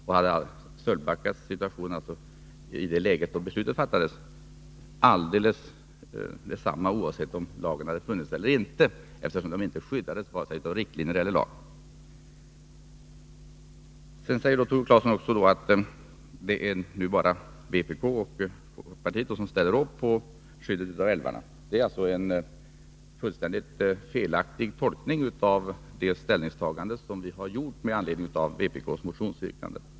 Sölvbackaströmmarna kunde alltså byggas ut i det läge då beslutet fattades, alldeles oavsett om lagen hade funnits eller inte, eftersom de inte skyddades av vare sig riktlinjer eller lag. Tore Claeson säger också att det bara är vpk och folkpartiet som nu ställer upp bakom skyddet av älvarna. Det är en fullständigt felaktig tolkning av vårt ställningstagande med anledning av vpk:s motionsyrkande.